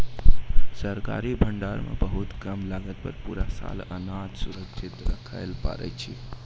सरकारी भंडार मॅ बहुत कम लागत पर पूरा साल अनाज सुरक्षित रक्खैलॅ पारै छीं